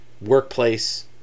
workplace